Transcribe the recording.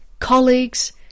colleagues